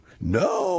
no